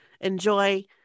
enjoy